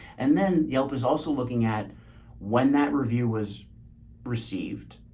and then yelp is also looking at when that review was received,